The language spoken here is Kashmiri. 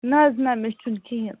نَہ حظ نَہ مےٚ چھُنہٕ کہیٖنۍ